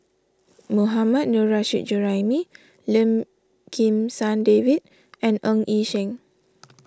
Mohammad Nurrasyid Juraimi Lim Kim San David and Ng Yi Sheng